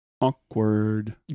awkward